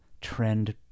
trend